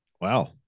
wow